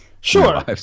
Sure